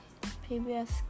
PBS